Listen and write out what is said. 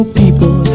people